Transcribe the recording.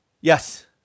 Yes